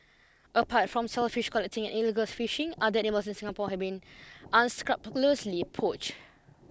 apart from shellfish collecting and illegal fishing other animals in Singapore have been unscrupulously poached